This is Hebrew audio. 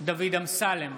דוד אמסלם,